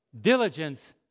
Diligence